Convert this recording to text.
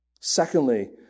Secondly